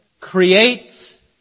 creates